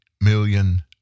million